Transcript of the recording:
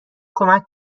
کمک